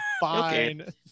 Fine